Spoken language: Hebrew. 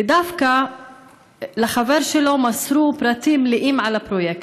ודווקא לחבר שלו מסרו פרטים מלאים על הפרויקט,